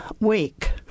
week